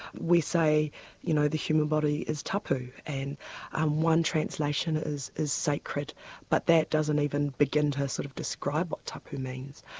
we say you know the human body is tapu and um one translation is is sacred but that doesn't even begin to sort of describe what tapu means.